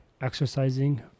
Exercising